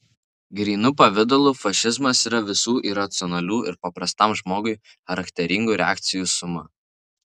grynu pavidalu fašizmas yra visų iracionalių ir paprastam žmogui charakteringų reakcijų suma